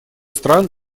стран